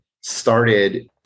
started